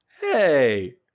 hey